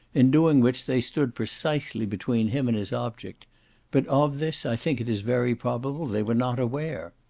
in doing which they stood precisely between him and his object but of this i think it is very probable they were not aware.